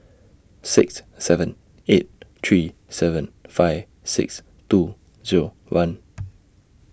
six seven eight three seven five six two Zero one